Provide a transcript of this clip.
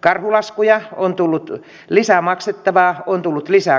karhulaskuja on tullut lisää maksettavaa on tullut lisää korkoa